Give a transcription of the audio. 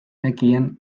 nekien